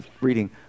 reading